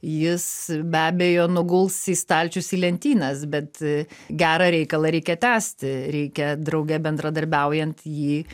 jis be abejo nuguls į stalčius į lentynas bet gerą reikalą reikia tęsti reikia drauge bendradarbiaujant jį